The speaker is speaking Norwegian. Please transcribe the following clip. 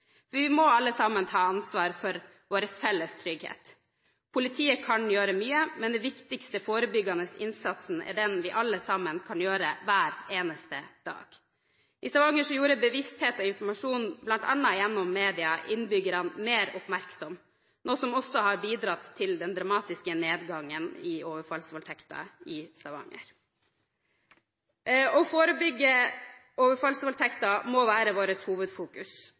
Vi må alle sammen ta ansvar for vår felles trygghet. Politiet kan gjøre mye, men den viktigste forebyggende innsatsen er den vi alle sammen kan gjøre hver eneste dag. I Stavanger gjorde bevissthet og informasjon bl.a. gjennom media innbyggerne mer oppmerksomme, noe som også har bidratt til den dramatiske nedgangen i antall overfallsvoldtekter i Stavanger. Å forebygge overfallsvoldtekter må være